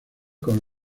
con